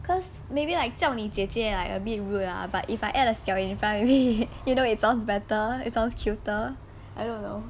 cause maybe like 叫你姐姐 like a bit rude ah but if I add 小 in front maybe it sounds better it sounds cuter I don't know